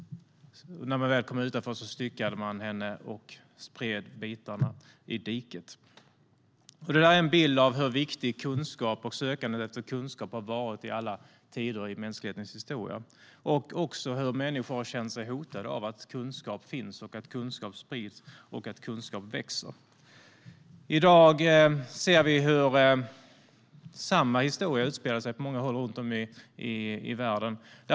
När man väl kom utanför staden styckade man henne och spred bitarna i diket. Detta är en bild av hur viktig kunskap och sökandet efter kunskap har varit i alla tider i mänsklighetens historia. Det visar också hur människor har känt sig hotade av att kunskap finns, att kunskap sprids och att kunskap ökar. I dag ser vi hur samma historia utspelar sig på många håll runt om i världen.